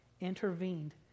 intervened